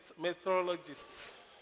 Meteorologists